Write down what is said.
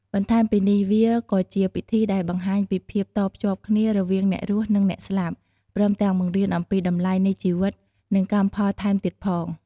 បន្ថែមពីនេះ វាក៏ជាពិធីដែលបង្ហាញពីភាពតភ្ជាប់គ្នារវាងអ្នករស់ និងអ្នកស្លាប់ ព្រមទាំងបង្រៀនអំពីតម្លៃនៃជីវិត និងកម្មផលថែមទៀតផង។